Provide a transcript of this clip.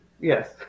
Yes